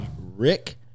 Rick